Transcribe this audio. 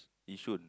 Yishun